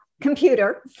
computer